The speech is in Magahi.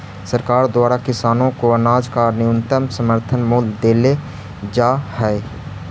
सरकार द्वारा किसानों को अनाज का न्यूनतम समर्थन मूल्य देल जा हई है